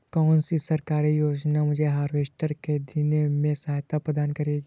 कौन सी सरकारी योजना मुझे हार्वेस्टर ख़रीदने में सहायता प्रदान करेगी?